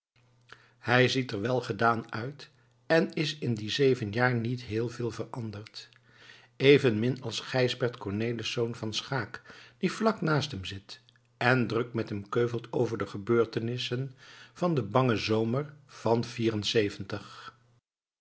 hij ziet er welgedaan uit en is in die zeven jaar niet heel veel veranderd evenmin als gijsbert cornelisz van schaeck die vlak naast hem zit en druk met hem keuvelt over de gebeurtenissen van den bangen zomer van vierenzeventig